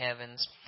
heavens